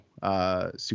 Super